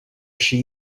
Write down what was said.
she